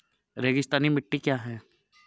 रेगिस्तानी मिट्टी क्या है?